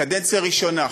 קדנציה ראשונה,